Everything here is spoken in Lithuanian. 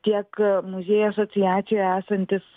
tiek muziejų asociacijoj esantys